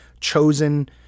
chosen